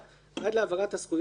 עד להעברת הזכויות כאמור,